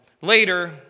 Later